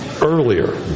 earlier